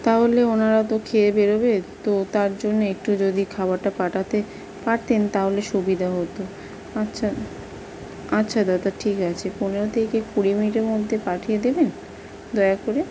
তাহলে ওনারা তো খেয়ে বেরোবে তো তার জন্যে একটু যদি খাবারটা পাঠাতে পারতেন তাহলে সুবিধা হতো আচ্ছা আচ্ছা দাদা ঠিক আছে পনেরো থেকে কুড়ি মিনিটের মধ্যে পাঠিয়ে দেবেন দয়া করে